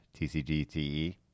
tcgte